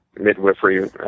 midwifery